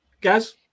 Gaz